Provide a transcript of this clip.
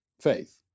faith